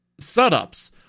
setups